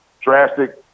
drastic